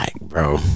bro